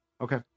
okay